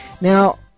Now